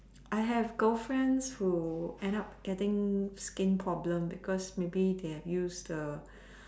I have girlfriends who end up getting skin problem because maybe they have use the